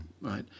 right